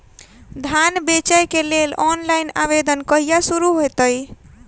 धान बेचै केँ लेल ऑनलाइन आवेदन कहिया शुरू हेतइ?